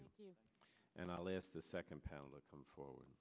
you and i left the second panel looking forward